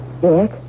Dick